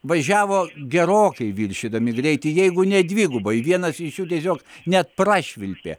važiavo gerokai viršydami greitį jeigu ne dvigubai vienas iš jų tiesiog net prašvilpė